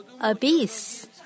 abyss